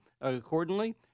accordingly